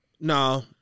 No